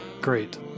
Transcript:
Great